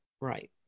Right